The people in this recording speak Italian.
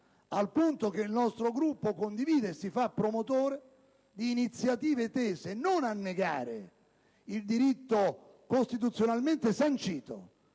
al punto che il nostro Gruppo condivide e si fa promotore di iniziative tese non a negare il diritto costituzionalmente sancito